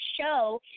show